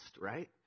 right